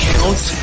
Counts